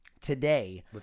today